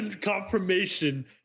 confirmation